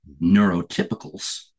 Neurotypicals